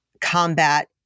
combat